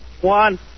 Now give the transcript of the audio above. One